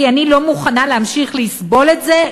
כי אני לא מוכנה להמשיך לסבול את זה.